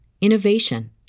innovation